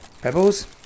Pebbles